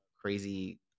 crazy